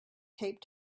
taped